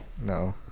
no